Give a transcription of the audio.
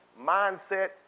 mindset